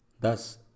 Thus